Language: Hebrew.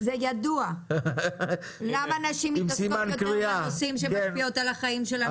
ידוע למה נשים מתעסקות יותר בנושאים שמשפיעים על החיים שלנו.